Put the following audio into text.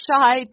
shy